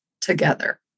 together